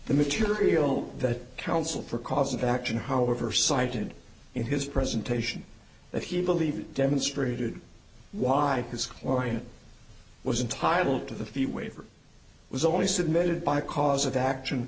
the material that counsel for a cause of action however cited in his presentation that he believed demonstrated why his client was entirely up to the fee waiver was only submitted by a cause of action